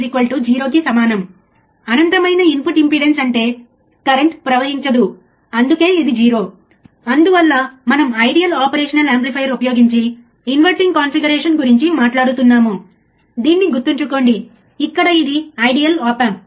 కాబట్టి దీనిని వాస్తవానికి ప్రయోగంలో చూద్దాం మేము ఈ విలువ కలిగిన 3 రెసిస్టర్లను తీసుకొని తరువాత ఆపరేషనల్ యాంప్లిఫైయర్ కనెక్ట్ చేస్తాము మరియు మొదట అవుట్పుట్ వోల్టేజ్ చూద్దాం